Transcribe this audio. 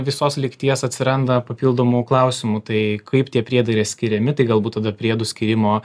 visos lygties atsiranda papildomų klausimų tai kaip tie priedai yra skiriami tai galbūt tada priedų skyrimo